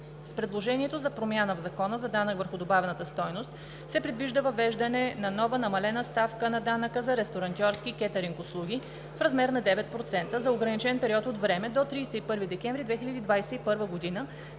С предложението за промяна в Закона за данък върху добавената стойност се предвижда въвеждане на нова намалена ставка на данъка за ресторантьорски и кетъринг услуги в размер на 9% за ограничен период от време – до 31 декември 2021 г.,